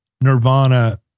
Nirvana